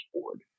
board